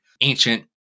ancient